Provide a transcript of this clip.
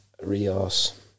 rios